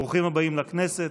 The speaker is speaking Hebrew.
ברוכים הבאים לכנסת.